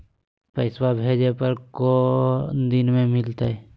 पैसवा भेजे पर को दिन मे मिलतय?